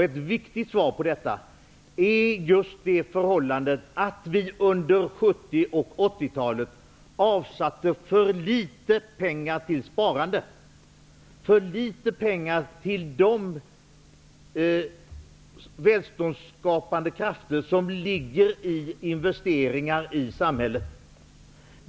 Ett viktigt svar på detta är just det förhållandet att vi under 70 och 80 talet avsatte för litet pengar till sparande, för litet pengar till de välståndsskapande krafter som ligger i investeringar i samhället.